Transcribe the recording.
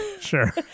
Sure